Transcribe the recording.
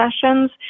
sessions